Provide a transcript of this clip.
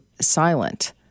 silent